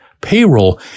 payroll